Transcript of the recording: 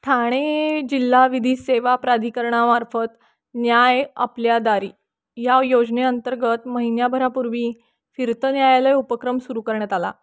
ठाणे जिल्हा विधी सेवा प्राधिकरणा मार्फत न्याय आपल्या दारी या योजने अंतर्गत महिन्याभरापूर्वी फिरतं न्यायालय उपक्रम सुरू करण्यात आला